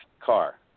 car